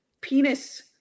penis